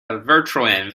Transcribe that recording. virtualenv